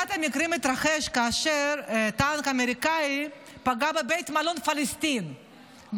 אחד המקרים התרחש כאשר טנק אמריקני פגע בבית המלון פלסטין,